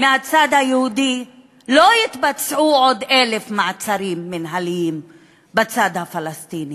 מהצד היהודי לא יתבצעו עוד 1,000 מעצרים מינהליים בצד הפלסטיני.